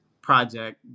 project